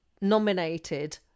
nominated